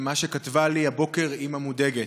במה שכתבה לי הבוקר אימא מודאגת: